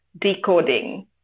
decoding